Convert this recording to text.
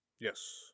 Yes